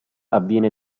avviene